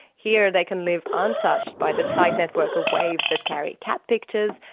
here they can live un-touched by the tight network of waves that carry cat pictures,